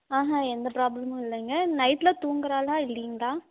ஆஹ எந்த ப்ராப்ளமும் இல்லைங்க நைட்டில் தூங்குகிறாளா இல்லைங்களா